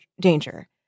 danger